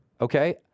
okay